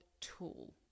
tool